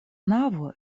navo